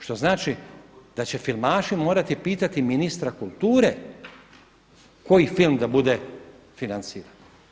Što znači da će filmaši morati pitati ministra kulture koji film da bude financiran.